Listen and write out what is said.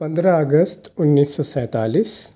پندرہ اگست انّیس سو سینتالیس